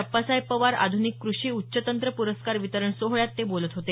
अप्पासाहेब पवार आध्निक कृषी उच्च तंत्र प्रस्कार वितरण सोहळ्यात ते काल बोलत होते